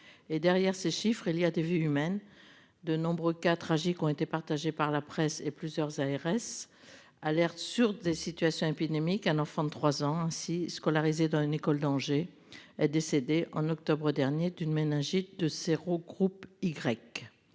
derrière ces chiffres, il y a des vies humaines. De nombreux cas tragiques ont été partagées par la presse et plusieurs ARS alerte sur des situations épidémiques, un enfant de 3 ans ainsi scolarisés dans une école d'Angers est décédé en octobre dernier d'une méningite de. Sérogroupe Y..